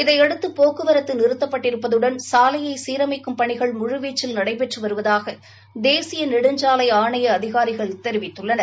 இதையடுத்து போக்குவரத்து நிறுத்தப்பட்டிருப்பதுடன் சாலையை சீரமைக்கும் பணிகள் முழுவீச்சில் நடைபெற்று வருவதாக தேசிய நெடுஞ்சாலை ஆணைய அதிகாரிகள் தெரிவித்துள்ளனர்